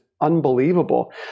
unbelievable